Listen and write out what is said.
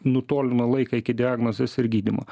nutolino laiką iki diagnozės ir gydymo